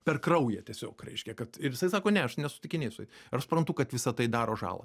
per kraują tiesiog reiškia kad ir jisai sako ne aš nesusitikinėsiu aš suprantu kad visa tai daro žalą